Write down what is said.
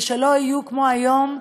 ולא כמו היום,